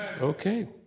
Okay